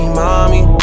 mommy